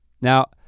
Now